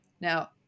Now